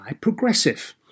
Progressive